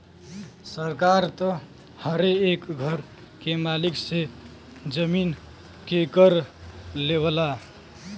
सरकार त हरे एक घर के मालिक से जमीन के कर लेवला